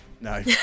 No